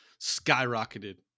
skyrocketed